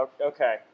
Okay